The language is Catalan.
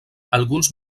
alguns